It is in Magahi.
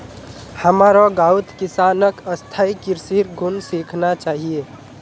हमारो गांउत किसानक स्थायी कृषिर गुन सीखना चाहिए